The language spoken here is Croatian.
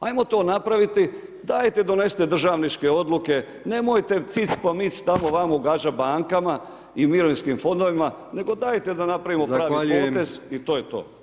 Ajmo to napraviti dajte donesite državničke odluke nemojte cic po mic tamo vamo ugađat bankama i mirovinskim fondovima nego dajte da napravimo pravi potez [[Upadica: Zahvaljujem.]] i to je to.